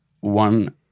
one